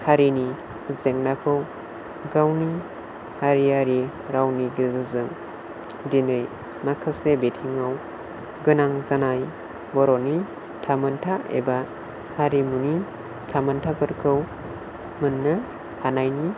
हारिनि जेंनाखौ गावनि हारियारि रावनि गेजेरजों दिनै माखासे बिथिङाव गोनां जानाय बर'नि थामोन्था एबा हारिमुनि थामोन्थाफोरखौ मोन्नो हानायनि